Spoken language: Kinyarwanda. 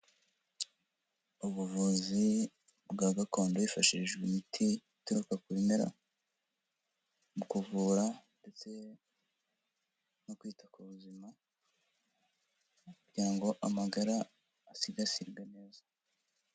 Ubuvuzi bwa gakondo hifashishijwe imiti ituruka ku bimera, mu kuvura no kwita ku buzima mu kugira ngo amagara asigasirwe neza.